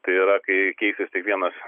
tai yra kai keisis tik vienas